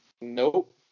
nope